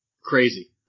Crazy